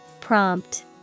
Prompt